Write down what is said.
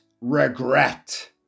Regret